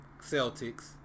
Celtics